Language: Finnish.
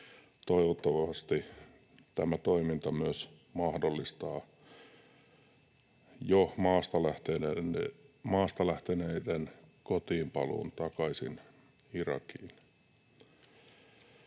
toivottavasti tämä toiminta myös mahdollistaa jo maasta lähteneiden kotiinpaluun takaisin Irakiin.